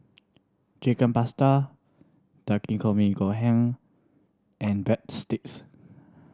Chicken Pasta Takikomi Gohan and Breadsticks